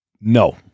No